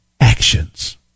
actions